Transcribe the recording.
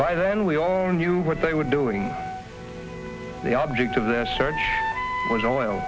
by then we only knew what they were doing the object of this search was the oil